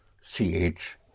C-H